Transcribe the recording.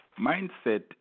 mindset